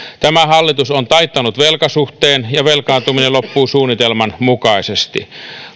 tämä hallitus on taittanut velkasuhteen ja velkaantuminen loppuu suunnitelman mukaisesti